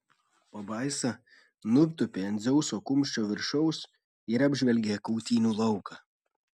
pabaisa nutūpė ant dzeuso kumščio viršaus ir apžvelgė kautynių lauką